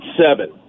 seven